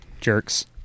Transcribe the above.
Jerks